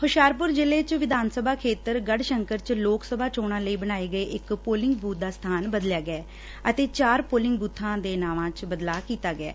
ਹੁਸ਼ਿਆਰਪੁਰ ਜ਼ਿਲੂੇ ਚ ਵਿਧਾਨ ਸਭਾ ਖੇਤਰ ਗੜੁਸ਼ੰਕਰ ਚ ਲੋਕ ਸਭਾ ਚੋਣਾਂ ਲਈ ਬਣਾਏ ਗਏ ਇਕ ਪੋਲਿੰਗ ਬੁਬ ਦਾ ਸਬਾਨ ਬਦਲਿਆ ਗਿਆ ਅਤੇ ਚਾਰ ਪੋਲਿੰਗ ਬੁਬਾਂ ਦੇ ਨਾਵਾਂ ਚ ਬਦਲਾਅ ਕੀਤਾ ਗਿਐ